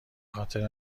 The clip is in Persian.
خاطر